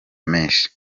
menshi